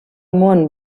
mont